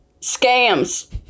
scams